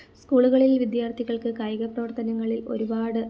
സ്കൂളുകളിൽ വിദ്യാർത്ഥികൾക്ക് കായിക പ്രവർത്തനങ്ങളിൽ ഒരുപാട്